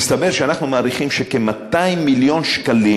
הסתבר שאנחנו מעריכים שכ-200 מיליון שקלים